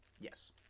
Yes